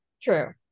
True